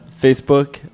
facebook